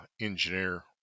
engineer